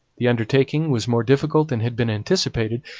the undertaking was more difficult than had been anticipated,